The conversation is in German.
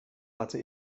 hatte